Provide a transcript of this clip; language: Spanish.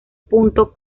punto